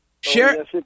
Share